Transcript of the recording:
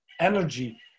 energy